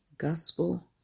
gospel